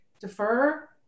Defer